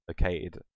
located